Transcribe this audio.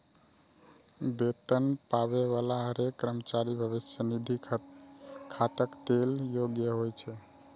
वेतन पाबै बला हरेक कर्मचारी भविष्य निधि खाताक लेल योग्य होइ छै